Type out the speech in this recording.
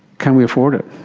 can we afford it?